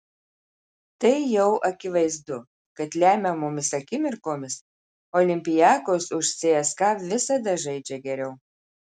tai jau akivaizdu kad lemiamomis akimirkomis olympiakos už cska visada žaidžia geriau